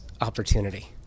opportunity